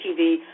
TV